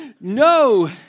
no